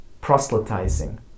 proselytizing